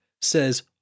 Says